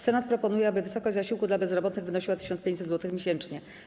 Senat proponuje, aby wysokość zasiłku dla bezrobotnych wynosiła 1500 zł miesięcznie.